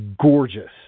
Gorgeous